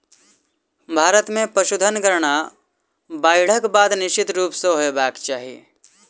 भारत मे पशुधन गणना बाइढ़क बाद निश्चित रूप सॅ होयबाक चाही